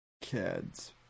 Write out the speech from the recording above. kids